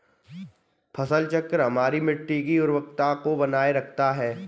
फसल चक्र हमारी मिट्टी की उर्वरता को बनाए रखता है